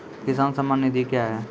किसान सम्मान निधि क्या हैं?